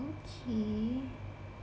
okay